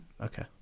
okay